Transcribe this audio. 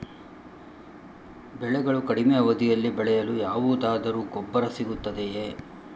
ಬೆಳೆಗಳು ಕಡಿಮೆ ಅವಧಿಯಲ್ಲಿ ಬೆಳೆಯಲು ಯಾವುದಾದರು ಗೊಬ್ಬರ ಸಿಗುತ್ತದೆಯೇ?